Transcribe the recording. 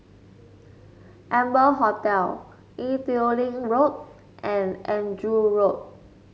Amber Hotel Ee Teow Leng Road and Andrew Road